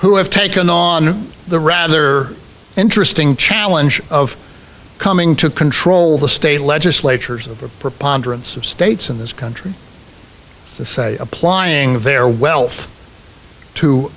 who have taken on the rather interesting challenge of coming to control the state legislatures of the preponderance of states in this country the applying their wealth to